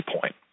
point